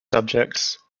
subjects